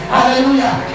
Hallelujah